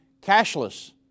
cashless